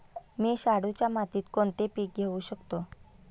मी शाडूच्या मातीत कोणते पीक घेवू शकतो?